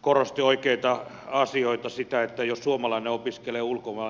korosti oikeita asioita sitä jos suomalainen opiskelee ulkomailla ja näin